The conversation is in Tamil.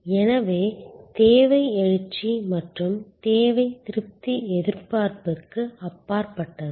எனவே தேவை எழுச்சி மற்றும் தேவை திருப்தி எதிர்பார்ப்புக்கு அப்பாற்பட்டது